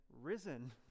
risen